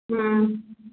ꯎꯝ